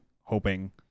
hoping